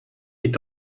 est